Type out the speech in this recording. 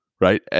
right